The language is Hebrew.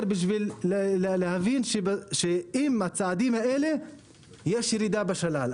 בשביל להבין שעם הצעדים האלה יש ירידה בשלל.